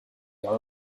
are